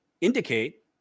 indicate